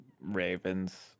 Ravens